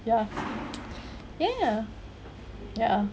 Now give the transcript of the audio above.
ya ya ya ya